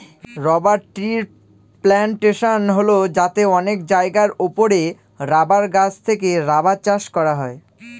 rubber ট্রির plantation হল যাতে অনেক জায়গার ওপরে রাবার গাছ থেকে রাবার চাষ করা হয়